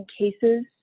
cases